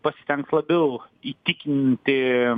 pasistengt labiau įtikinti